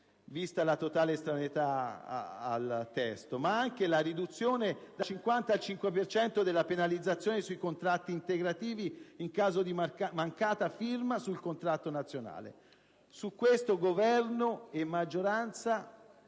vista la totale estraneità al testo, ma anche la riduzione dal 50 al 5 per cento della penalizzazione sui contratti integrativi in caso di mancata firma del contratto nazionale. Su questo Governo e maggioranza